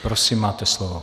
Prosím, máte slovo.